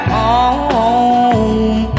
home